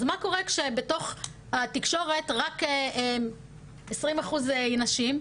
אז מה קורה כשבתוך התקשורת רק 20% נשים,